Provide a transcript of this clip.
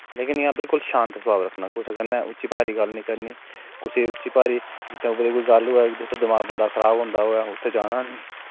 लेकिन इ'य्यां बिल्कुल शांत स्वभाव रक्खना कुसे कन्नै उच्ची भारी गल्ल नी करनी कुसे उच्ची भारी जित्थै उऐ कोई गल्ल होऐ कि जित्थै दमाग बंदे दा खराब होंदा होऐ उत्थै जाना नी